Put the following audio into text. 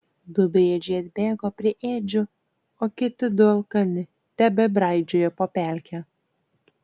du briedžiai atbėgo prie ėdžių o kiti du alkani tebebraidžiojo po pelkę